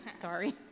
sorry